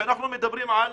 כשאנחנו מדברים על